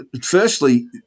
firstly